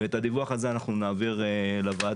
ואת הדיווח הזה נעביר לוועדה.